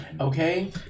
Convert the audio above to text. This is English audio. okay